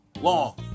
long